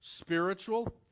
spiritual